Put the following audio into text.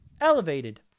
elevated